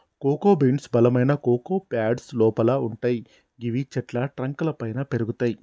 cocoa beans బలమైన cocoa pods లోపల వుంటయ్ గివి చెట్ల ట్రంక్ లపైన పెరుగుతయి